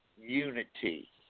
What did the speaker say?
unity